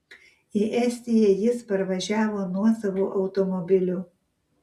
į estiją jis parvažiavo nuosavu automobiliu